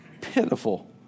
pitiful